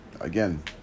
Again